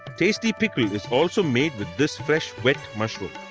tasty pickle is also made with this fresh wet mushroom.